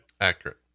Accurate